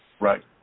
Right